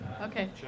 Okay